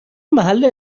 محل